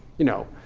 you know,